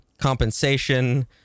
compensation